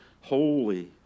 Holy